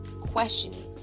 Questioning